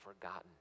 forgotten